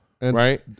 right